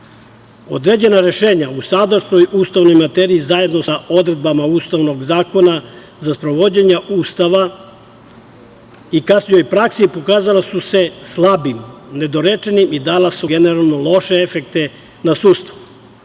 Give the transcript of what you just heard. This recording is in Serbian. vlasti. Određena rešenja u sadašnjoj ustavnoj materiji zajedno sa odredbama Ustavnog zakona za sprovođenje Ustava i kasnijoj praksi, pokazala su se slabim, nedorečenim i dala su generalno loše efekte na sudstvo.